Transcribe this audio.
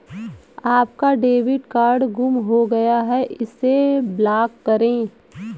आपका debit card गुम हो गया है इसे ब्लॉक करें